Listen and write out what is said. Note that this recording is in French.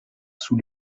sous